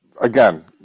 again